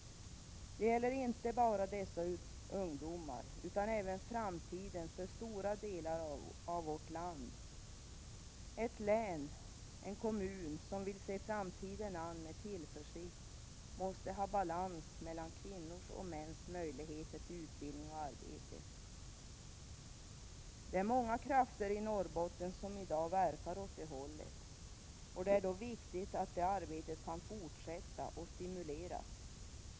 Det gäller inte bara dessa ungdomar utan även framtiden för stora delar av vårt land. Ett län, en kommun, som vill se framtiden an med tillförsikt måste ha balans mellan kvinnors och mäns möjligheter till utbildning och arbete. Många krafter i Norrbotten verkar i dag åt det hållet, och det är då viktigt att det arbetet kan fortsätta och stimuleras.